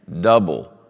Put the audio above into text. double